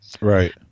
Right